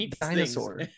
dinosaur